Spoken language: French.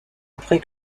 après